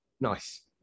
Nice